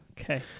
Okay